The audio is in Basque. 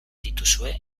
dituzue